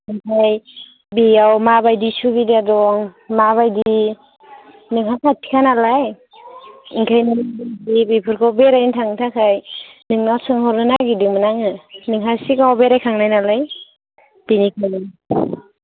ओमफाय बेयाव माबादि सुबिदा दं माबादि नोंहा खाथिखा नालाय ओंखायनो बेफोरखौ बेरायनो थांनो थाखाय नोंनाव सोंहरनो नागिरदोंमोन आङो नोंहा सिगाङाव बेरायखांनाय नालाय बेनिखायनो